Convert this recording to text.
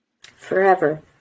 Forever